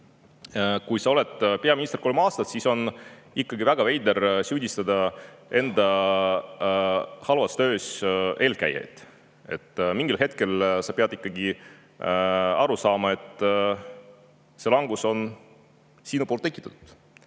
kui sa oled olnud peaminister kolm aastat, siis on väga veider süüdistada halvas töös eelkäijaid, mingil hetkel sa pead ikkagi aru saama, et see langus on sinu poolt tekitatud.